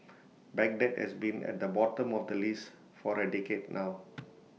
Baghdad has been at the bottom of the list for A decade now